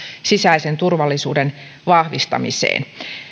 sisäisen turvallisuuden vahvistamiseen